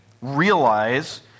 realize